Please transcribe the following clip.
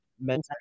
mental